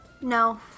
No